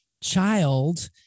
child